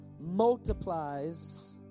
multiplies